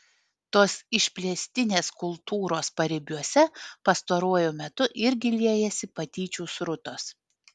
tos išplėstinės kultūros paribiuose pastaruoju metu irgi liejasi patyčių srutos